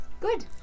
Good